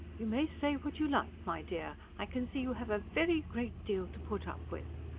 you may say what you like, my dear i can see you have a very great deal to put up with!